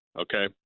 okay